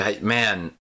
Man